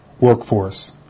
workforce